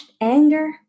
anger